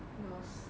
it was